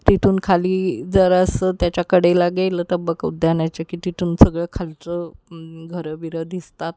तिथून खाली जरा असं त्याच्याकडेला गेलं तर तबक उद्यानाच्या की तिथून सगळं खालचं घरंबिरं दिसतात